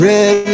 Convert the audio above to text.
Red